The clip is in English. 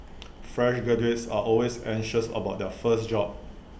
fresh graduates are always anxious about their first job